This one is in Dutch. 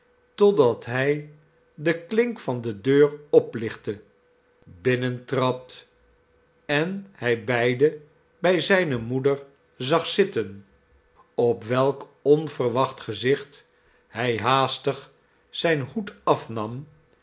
totdat hij de klink van de deur oplichtte binnentrad en hij beiden bij zijne moeder zag zitten op welk onverwacht gezicht hij haastig zijn hoed afnam